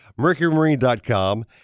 MercuryMarine.com